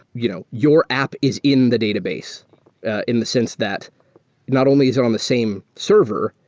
you know your app is in the database in the sense that not only is it on the same server,